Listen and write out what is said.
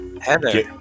Heather